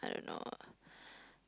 I don't know